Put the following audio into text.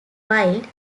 wild